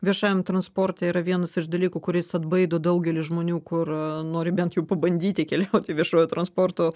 viešajam transporte yra vienas iš dalykų kuris atbaido daugelį žmonių kur nori bent jau pabandyti keliauti viešuoju transportu